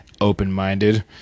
open-minded